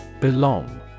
Belong